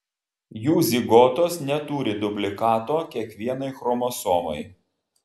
jų zigotos neturi dublikato kiekvienai chromosomai